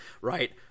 right